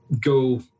go